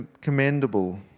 commendable